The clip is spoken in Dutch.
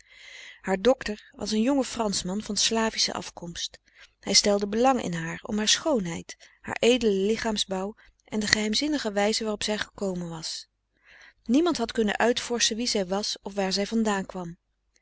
haar docter was een jonge franschman van slavische afkomst hij stelde belang in haar om haar schoonheid haar edelen lichaamsbouw en de geheimzinnige wijze waarop zij gekomen was niemand had kunnen uitvorschen wie zij was of waar zij vandaan kwam